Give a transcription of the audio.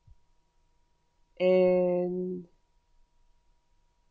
and